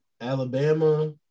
Alabama